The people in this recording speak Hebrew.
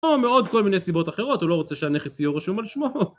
או מעוד כל מיני סיבות אחרות, הוא לא רוצה שהנכס יהיה רשום על שמו.